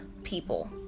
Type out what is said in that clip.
people